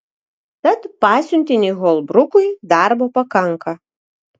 tad pasiuntiniui holbrukui darbo pakanka